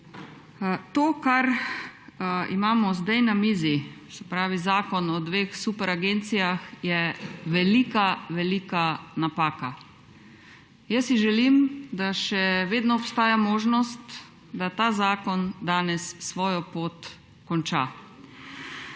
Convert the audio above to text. To, kar imamo zdaj na mizi, se pravi, zakon o dveh super agencijah, je velika velika napaka. Jaz si želim, da še vedno obstaja možnost, da ta zakon danes svojo pot konča.